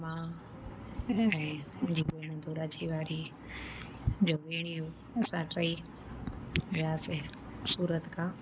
मां ऐं मुंहिंजी भेणु दोराजीअ वारी मुंहिंजो भेणियो असां टई वियासीं सूरत खां